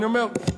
אני אומר,